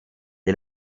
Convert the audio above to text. die